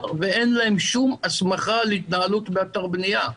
ואין להם שום הסמכה להתנהלות באתר בנייה.